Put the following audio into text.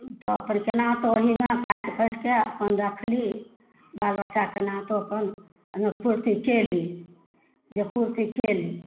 तऽ ओहिपर केनाकए ओहिमे काटिखोँटिकऽ अपन रखली बालबच्चा केनहुतो कऽ एने पूर्ति केली जे पूर्ति केली